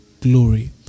Glory